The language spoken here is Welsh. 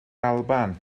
alban